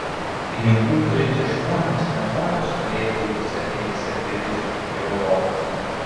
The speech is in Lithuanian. pinigų turintys žmonės nenori stovėti ilgose eilėse prie vizų į europą